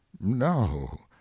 no